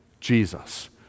jesus